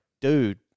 dude